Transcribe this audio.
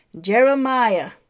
Jeremiah